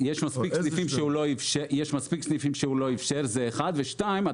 יש מספיק סניפים שהוא לא אפשר, זה אחת, ושתיים,